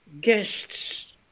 guests